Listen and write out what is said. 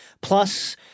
plus